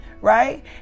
right